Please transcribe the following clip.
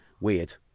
weird